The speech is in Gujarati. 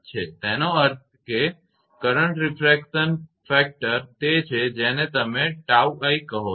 તેનો અર્થ એ કે કરંટ રિફ્રેક્શન પરિબળ તે છે જેને તમે 𝜏𝑖 કહો છો